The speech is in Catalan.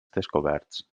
descoberts